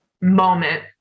moment